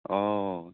অ